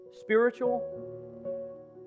spiritual